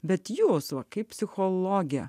bet jos va kaip psichologė